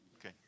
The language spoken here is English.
Okay